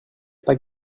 pas